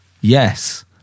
yes